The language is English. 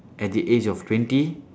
at the age of twenty